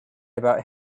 about